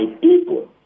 people